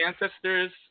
ancestors